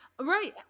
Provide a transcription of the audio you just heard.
right